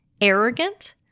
arrogant